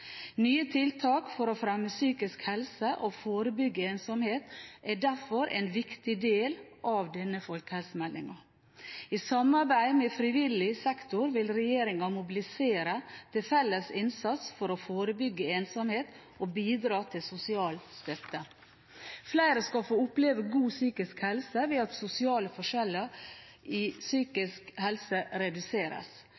Nye tiltak for å fremme psykisk helse og forebygge ensomhet er derfor en viktig del av denne folkehelsemeldingen. I samarbeid med frivillig sektor vil regjeringen mobilisere til felles innsats for å forebygge ensomhet og bidra til sosial støtte. Flere skal få oppleve god psykisk helse, ved at sosiale forskjeller i psykisk helse reduseres.